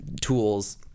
tools